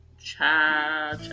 Cha